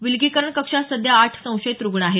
विलगीकरण कक्षात सध्या आठ संशयित रुग्ण आहेत